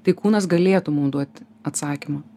tai kūnas galėtų mum duot atsakymą